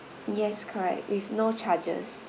yes correct with no charges